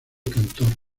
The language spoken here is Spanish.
cantor